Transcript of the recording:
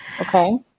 Okay